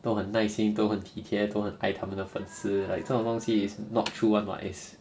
都很耐心都很体贴都很爱他们的粉丝 like 这种东西 is not true [one] [what] it's